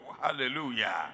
Hallelujah